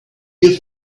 give